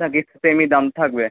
না কি সেমই দাম থাকবে